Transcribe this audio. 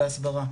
בהסברה,